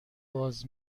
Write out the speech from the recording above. باز